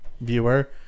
viewer